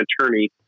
attorney